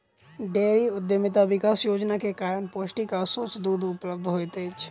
dairy उद्यमिता विकास योजना के कारण पौष्टिक आ स्वच्छ दूध उपलब्ध होइत अछि